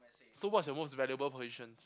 so what's your most valuable possession